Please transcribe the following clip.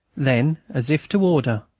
then, as if to order,